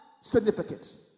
significance